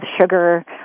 sugar